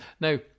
Now